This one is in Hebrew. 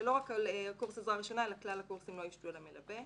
לא רק שקורס עזרה ראשונה אלא כלל הקורסים לא יושתו על המלווה.